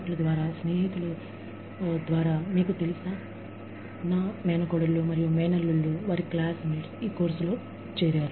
సహాయకులు ద్వారా స్నేహితులు ద్వారా మీకు తెలుసా నా మేనకోడళ్ళు మరియు మేనల్లుళ్ళు వారి తోటి విద్యార్థులు ఈ కోర్సు లో చేరారు